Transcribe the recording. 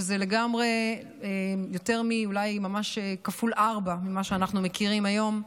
וזה לגמרי יותר מכפול ארבע ממה שאנחנו מכירים היום.